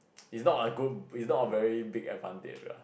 it's not a good it's not a very big advantage lah